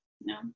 No